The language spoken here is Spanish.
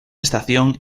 estación